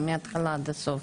מההתחלה ועד הסוף?